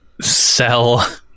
sell